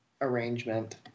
arrangement